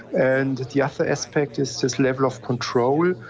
and the other aspect is this level of control,